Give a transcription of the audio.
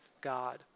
God